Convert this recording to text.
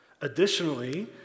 Additionally